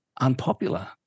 unpopular